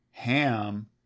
Ham